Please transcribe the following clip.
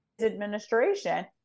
administration